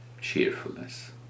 cheerfulness